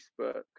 Facebook